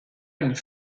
une